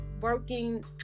working